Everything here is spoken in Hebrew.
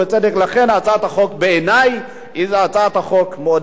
לכן, בעיני, הצעת החוק היא הצעת חוק מאוד בעייתית.